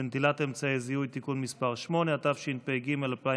ונטילת אמצעי זיהוי) (תיקון מס' 8), התשפ"ג 2023,